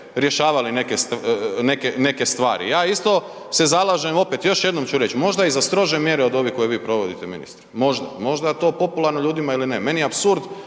rješavali neke stvari. Ja isto se zalažem opet, još jednom ću reć, možda i za strože mjere od ovih koje vi provodite ministre. Možda. Možda je to popularno ljudima ili ne, meni je apsurd